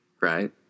right